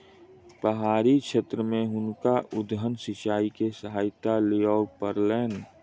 पहाड़ी क्षेत्र में हुनका उद्वहन सिचाई के सहायता लिअ पड़लैन